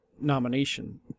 nomination